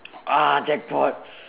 ah jackpot